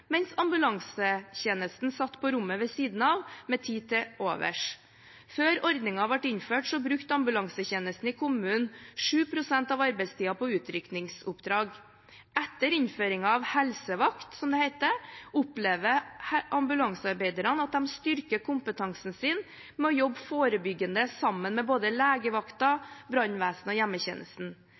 mens ambulansetjenesten satt på rommet ved siden av med tid til overs. Før ordningen ble innført, brukte ambulansetjenesten i kommunen 7 pst. av arbeidstiden på utrykningsoppdrag. Etter innføringen av helsevakt, som det heter, opplever ambulansearbeiderne at de styrker kompetansen sin ved å jobbe forebyggende sammen med både legevakten, brannvesenet og hjemmetjenesten.